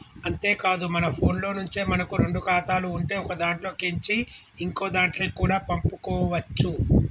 అంతేకాదు మన ఫోన్లో నుంచే మనకు రెండు ఖాతాలు ఉంటే ఒకదాంట్లో కేంచి ఇంకోదాంట్లకి కూడా పంపుకోవచ్చు